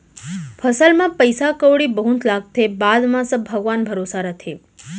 फसल म पइसा कउड़ी बहुत लागथे, बाद म सब भगवान भरोसा रथे